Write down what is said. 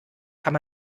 kann